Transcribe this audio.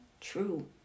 true